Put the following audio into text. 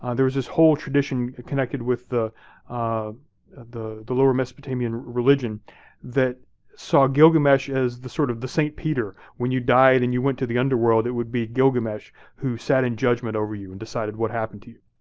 and there was this whole tradition connected with the ah the the lower mesopotamian religion that saw gilgamesh as the sort of the saint peter. when you died and you went to the underworld, it would be gilgamesh who sat in judgment over you and decided what happened to you.